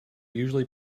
usually